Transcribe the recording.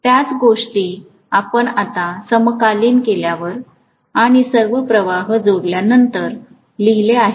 त्याच गोष्टी आपण आता समाकलित केल्यावर आणि सर्व प्रवाह जोडल्यानंतर लिहिले आहेत